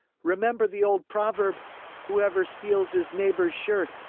remember the old proverb whoever steals his neighbor's shirt,